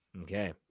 Okay